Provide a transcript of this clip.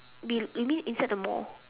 below you mean inside the mall